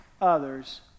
others